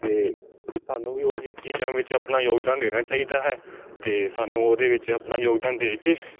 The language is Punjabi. ਅਤੇ ਸਾਨੂੰ ਵੀ ਉਹ ਚੀ ਚੀਜ਼ਾਂ ਵਿੱਚ ਆਪਣਾ ਯੋਗਦਾਨ ਦੇਣਾ ਚਾਹੀਦਾ ਹੈ ਅਤੇ ਸਾਨੂੰ ਉਹਦੇ ਵਿੱਚ ਆਪਣਾ ਯੋਗਦਾਨ ਦੇ ਕੇ